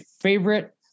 favorite